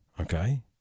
Okay